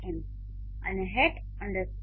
m અને hat estimate